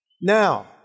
Now